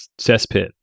cesspit